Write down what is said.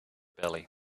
belly